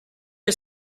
que